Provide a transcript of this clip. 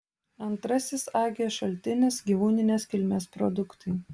antrasis age šaltinis gyvūninės kilmės produktai